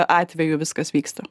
atveju viskas vyksta